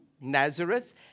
Nazareth